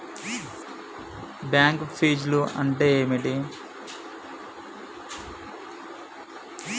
Bank ఫీజ్లు అంటే ఏమిటి?